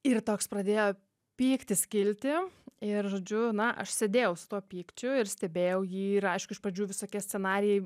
ir toks pradėjo pyktis kilti ir žodžiu na aš sėdėjau su tuo pykčiu ir stebėjau jį ir aišku iš pradžių visokie scenarijai